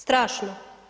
Strašno.